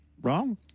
Wrong